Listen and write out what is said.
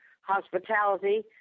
Hospitality